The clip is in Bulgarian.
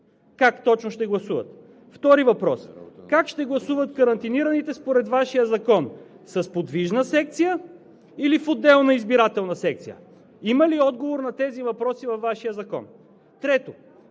Как точно ще гласуват? Втори въпрос: как ще гласуват карантинираните според Вашия закон – с подвижна секция или в отделна избирателна секция? Има ли отговор на тези въпроси във Вашия закон?! Трето,